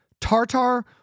Tartar